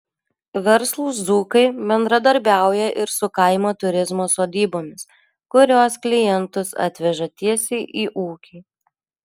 verslūs dzūkai bendradarbiauja ir su kaimo turizmo sodybomis kurios klientus atveža tiesiai į ūkį